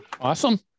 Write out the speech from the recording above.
awesome